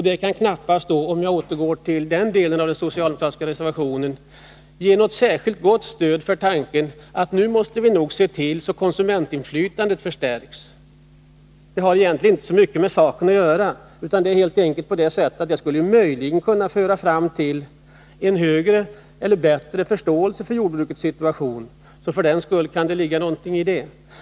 Det kan då knappast - om jag återgår till den delen av den socialdemokratiska reservationen — ge något gott stöd för tanken att vi nu måste se till att konsumentinflytandet förstärks. Det har egentligen inte så mycket med saken att göra, utan det är helt enkelt på det sättet att det möjligen skulle kunna föra fram till en bättre förståelse för jordbrukets situation, så för den skull kan det ligga någonting i det.